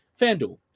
FanDuel